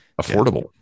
affordable